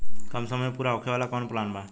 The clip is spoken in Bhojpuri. कम समय में पूरा होखे वाला कवन प्लान बा?